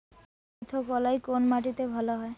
কুলত্থ কলাই কোন মাটিতে ভালো হয়?